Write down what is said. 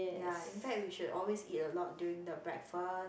ya in fact we should always eat a lot during the breakfast